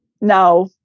now